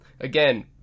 Again